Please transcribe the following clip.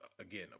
again